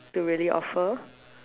to really offer